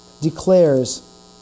declares